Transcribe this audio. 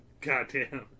Goddamn